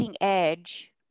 edge